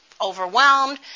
overwhelmed